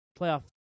playoff